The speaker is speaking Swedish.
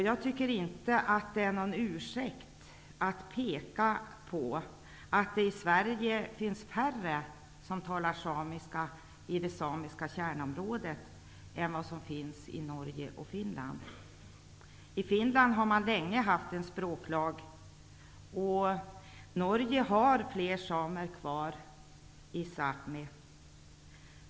Jag tycker inte att det är någon ursäkt att det i Sverige finns färre som talar samiska i det samiska kärnområdet än det finns i Norge och Finland. Finland har länge haft en språklag. Norge har fler samer kvar i Sapmi.